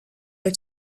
are